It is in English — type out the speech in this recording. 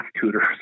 tutors